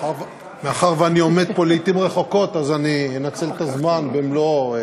עשר בלילה?